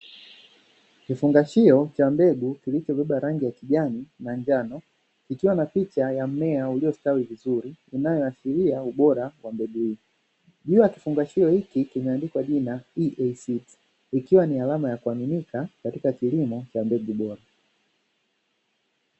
Kifungashio cha mbegu kilichobeba rangi ya kijani na njano ikiwa na picha ya mmea uliostawi vizuri unayoashiria ubora wa mbegu juu ya kifungashio hiki kimeandikwa jina, ikiwa ni alama ya kuaminika katika kilimo cha mbegu bora.